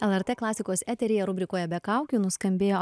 lrt klasikos eteryje rubrikoje be kaukių nuskambėjo